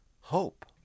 hope